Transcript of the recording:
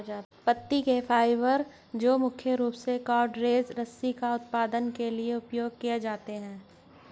पत्ती के फाइबर जो मुख्य रूप से कॉर्डेज रस्सी का उत्पादन के लिए उपयोग किए जाते हैं